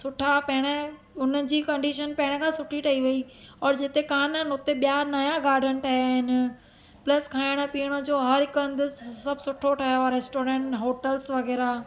सुठा पहिरियों उनजी कंडिशन पहिरियों खां सुठी ठही वई और जिते कोन्ह आहिनि हुते ॿिया नया गाडन ठहिया आहिनि प्लस खाइण पीअण जो हर हिक हंधि सभु सुठो ठहियो आहे रेस्टोरेंट होटल्स वग़ैरह